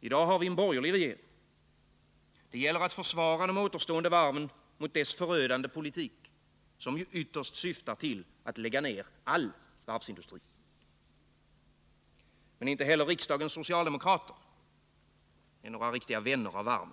I dag har vi en borgerlig regering. Det gäller att försvara de återstående varven mot dess förödande politik, som ju ytterst syftar till att lägga ned all varvsindustri. Men inte heller riksdagens socialdemokrater är några riktiga vänner av varven.